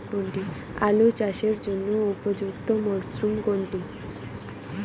আলু চাষের জন্য উপযুক্ত মরশুম কোনটি?